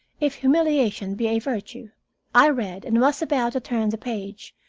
if humiliation be a virtue i read and was about to turn the page,